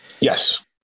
Yes